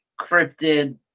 cryptid